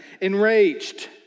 enraged